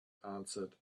answered